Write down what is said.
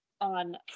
on